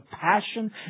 passion